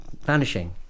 vanishing